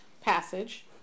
passage